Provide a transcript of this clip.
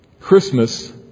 Christmas